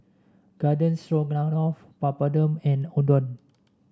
Garden Stroganoff Papadum and Udon